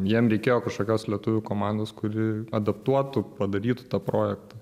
jiem reikėjo kažkokios lietuvių komandos kuri adaptuotų padarytų tą projektą